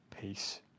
peace